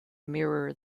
mirror